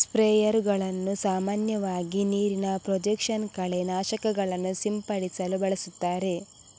ಸ್ಪ್ರೇಯರುಗಳನ್ನು ಸಾಮಾನ್ಯವಾಗಿ ನೀರಿನ ಪ್ರೊಜೆಕ್ಷನ್ ಕಳೆ ನಾಶಕಗಳನ್ನು ಸಿಂಪಡಿಸಲು ಬಳಸುತ್ತಾರೆ